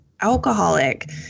alcoholic